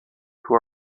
who